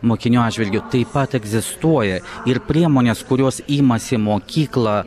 mokinių atžvilgiu taip pat egzistuoja ir priemonės kurios imasi mokykla